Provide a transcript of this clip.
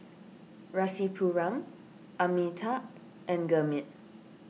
Rasipuram Amitabh and Gurmeet